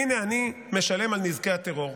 הינה, אני משלם על נזקי הטרור.